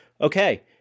Okay